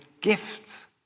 gifts